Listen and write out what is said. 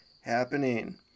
happening